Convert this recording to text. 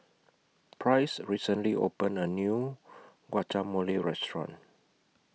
Price recently opened A New Guacamole Restaurant